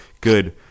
good